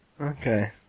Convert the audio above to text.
Okay